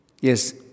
yes